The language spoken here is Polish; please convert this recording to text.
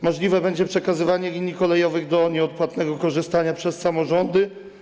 Możliwe będzie przekazywanie linii kolejowych do nieodpłatnego korzystania przez samorządy.